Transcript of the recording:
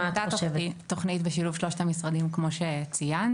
נבנתה תוכנית בשילוב שלושת המשרדים כמו שציינת.